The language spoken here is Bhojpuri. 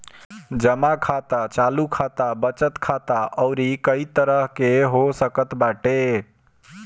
जमा खाता चालू खाता, बचत खाता अउरी कई तरही के हो सकत बाटे